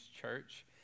church